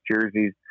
jerseys